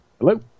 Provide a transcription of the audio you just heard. Hello